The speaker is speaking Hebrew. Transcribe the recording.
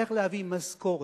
איך להביא משכורת.